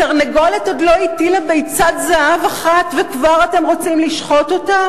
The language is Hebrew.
התרנגולת עוד לא הטילה ביצת זהב אחת וכבר אתם רוצים לשחוט אותה?